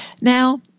Now